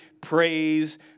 praise